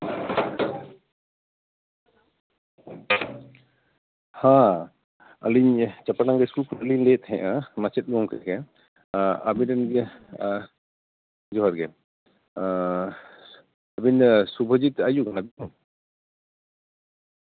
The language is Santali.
ᱦᱮᱸ ᱟᱹᱞᱤᱧ ᱪᱮᱛᱚᱱᱟ ᱤᱥᱠᱩᱞ ᱠᱷᱚᱱᱞᱤᱧ ᱞᱟᱹᱭᱮᱫ ᱛᱟᱦᱮᱱᱟ ᱢᱟᱪᱮᱫ ᱜᱚᱝᱠᱮ ᱟᱹᱵᱤᱱᱨᱮᱱ ᱜᱤᱫᱽᱨᱟᱹ ᱡᱚᱦᱟᱨᱜᱮ ᱟᱹᱵᱤᱱ ᱥᱩᱵᱷᱳᱡᱤᱛ ᱟᱡ ᱟᱹᱭᱩ ᱠᱟᱱᱟᱵᱤᱱ ᱛᱚ